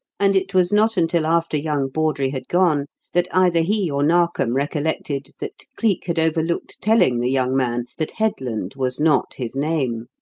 and it was not until after young bawdry had gone that either he or narkom recollected that cleek had overlooked telling the young man that headland was not his name.